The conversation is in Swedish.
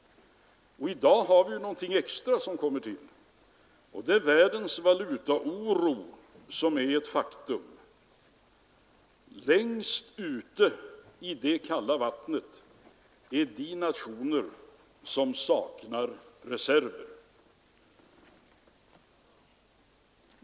I dag har vi någonting extra som tillkommer: världens valutaoro är ett faktum. Längst ute i det kalla vattnet befinner sig de nationer som saknar reserver.